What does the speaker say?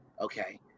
okay